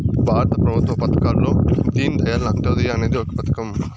భారత ప్రభుత్వ పథకాల్లో దీన్ దయాళ్ అంత్యోదయ అనేది ఒక పథకం